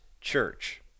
Church